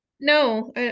no